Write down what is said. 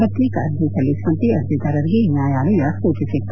ಪ್ರತ್ಯೇಕ ಅರ್ಜಿ ಸಲ್ಲಿಸುವಂತೆ ಅರ್ಜಿದಾರರಿಗೆ ನ್ವಾಯಾಲಯ ಸೂಚಿಸಿತ್ತು